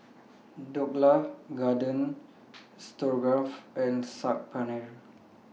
Dhokla Garden Stroganoff and Saag Paneer